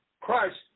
Christ